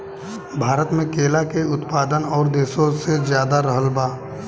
भारत मे केला के उत्पादन और देशो से ज्यादा रहल बा